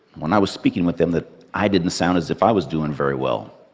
when i was speaking with them, that i didn't sound as if i was doing very well,